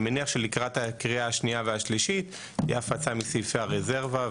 אני מניח שלקראת הקריאה השנייה והשלישית תהיה הפצה מסעיפי הרזרבה,